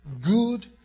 Good